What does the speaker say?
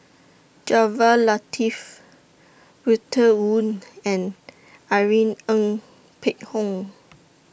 Jaafar Latiff Walter Woon and Irene Ng Phek Hoong